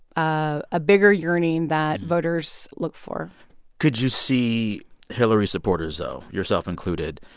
ah ah bigger yearning that voters look for could you see hillary supporters, though, yourself included,